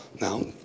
Now